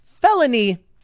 felony